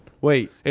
Wait